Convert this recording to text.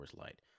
Light